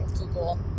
Google